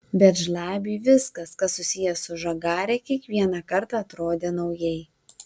bet žlabiui viskas kas susiję su žagare kiekvieną kartą atrodė naujai